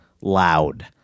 loud